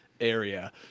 area